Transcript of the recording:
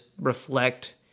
reflect